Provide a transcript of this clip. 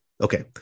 Okay